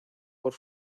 por